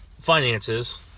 finances